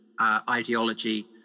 ideology